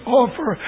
offer